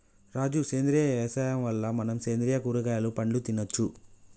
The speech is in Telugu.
రాజు సేంద్రియ యవసాయం వల్ల మనం సేంద్రియ కూరగాయలు పండ్లు తినచ్చు